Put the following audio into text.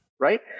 right